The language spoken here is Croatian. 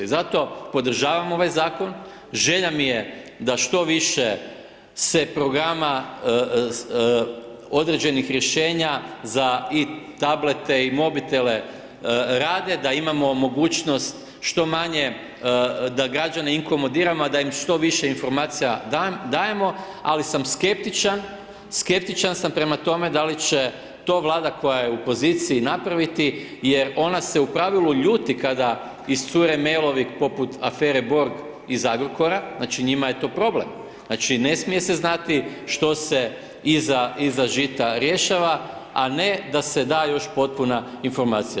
I zato podržavam ovaj zakon, želja mi je da što više se programa, određenih rješenja za i tablete i mobitele rade, da imamo mogućnost što manje da građane inkomodiramo, a da im što više informacija dajemo, ali sam skeptičan, skeptičan sam prema tome da li će to Vlada koja je u poziciji napraviti jer ona se u pravilu ljuti kada iscure mailovi poput afere Borg iz Agrokora, znači njima je to problem, znači ne smije se znati što se iza žita rješava, a ne da se da još potpuna informacija.